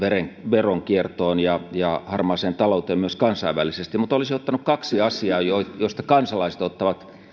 veronkiertoon ja ja harmaaseen talouteen myös kansainvälisesti mutta olisin ottanut kaksi asiaa joista joista kansalaiset ottavat